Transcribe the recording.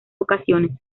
ocasiones